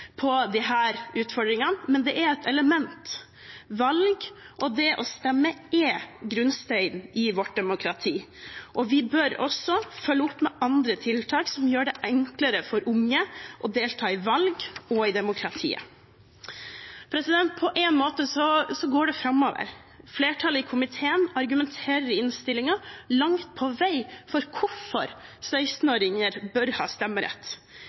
på disse utfordringene, men det er et element. Valg – og det å stemme – er grunnsteinen i vårt demokrati, og vi bør også følge opp med andre tiltak som gjør det enklere for unge å delta i valg og i demokratiet. På én måte går det framover. Flertallet i komiteen argumenterer i innstillingen langt på vei for hvorfor 16-åringer bør ha stemmerett: